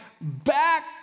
back